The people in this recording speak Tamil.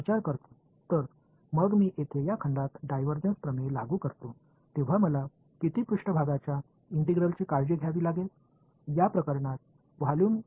இந்த தொகுதிக்கு நான் டைவர்ஜன்ஸ் தேற்றத்தைப் பயன்படுத்தும்போது எத்தனை மேற்பரப்பு ஒருங்கிணைப்புகளை நான் கவனித்துக் கொள்ள வேண்டும்